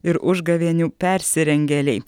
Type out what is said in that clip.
ir užgavėnių persirengėliai